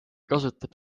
kasutab